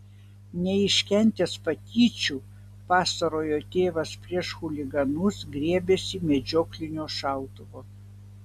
neiškentęs patyčių pastarojo tėvas prieš chuliganus griebėsi medžioklinio šautuvo